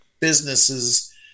Businesses